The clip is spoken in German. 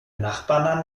nachbarn